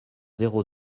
zéro